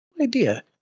idea